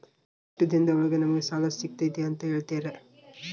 ಎಷ್ಟು ದಿನದ ಒಳಗೆ ನಮಗೆ ಸಾಲ ಸಿಗ್ತೈತೆ ಅಂತ ಹೇಳ್ತೇರಾ?